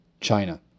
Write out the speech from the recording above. China